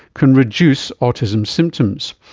can reduce autism symptoms.